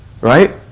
right